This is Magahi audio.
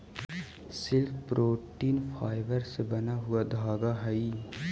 सिल्क प्रोटीन फाइबर से बना हुआ धागा हई